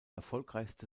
erfolgreichste